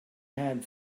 had